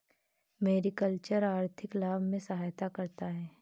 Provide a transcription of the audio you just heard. mariculture आर्थिक लाभ में सहायता करता है